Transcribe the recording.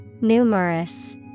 Numerous